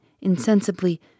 insensibly